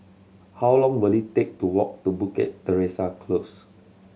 how long will it take to walk to Bukit Teresa Close